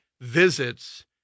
visits